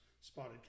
spotted